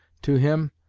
to him,